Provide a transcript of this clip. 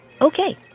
Okay